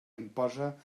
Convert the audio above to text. imposa